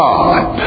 God